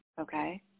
Okay